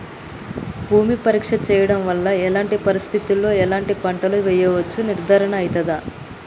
భూమి పరీక్ష చేయించడం వల్ల ఎలాంటి పరిస్థితిలో ఎలాంటి పంటలు వేయచ్చో నిర్ధారణ అయితదా?